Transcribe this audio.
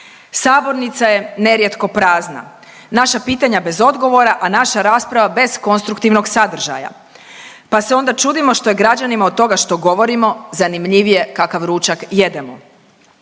Sabornica je nerijetko prazna, naša pitanja bez odgovora, a naša rasprava bez konstruktivnog sadržaja, pa se onda čudimo što je građanima od toga što govorimo zanimljivije kakav ručak jedemo.